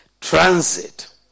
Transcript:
Transit